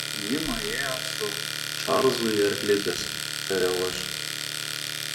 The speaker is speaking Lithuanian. ji nuėjo su čarlzu į arklides tariau aš